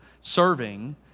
Serving